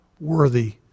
worthy